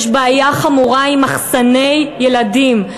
יש בעיה חמורה עם מחסני ילדים,